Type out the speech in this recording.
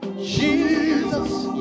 Jesus